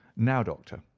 now, doctor,